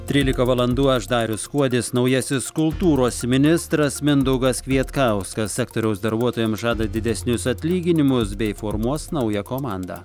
trylika valandų aš darius kuodis naujasis kultūros ministras mindaugas kvietkauskas sektoriaus darbuotojams žada didesnius atlyginimus bei formuos naują komandą